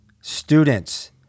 students